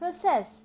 process